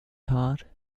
heart